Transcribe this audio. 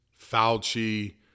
Fauci